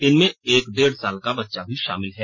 इनमें एक डेढ साल का बच्चा भी शामिल है